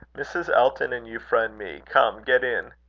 mrs. elton and euphra and me. come, get in.